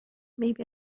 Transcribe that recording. maybe